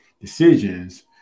decisions